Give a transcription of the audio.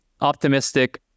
optimistic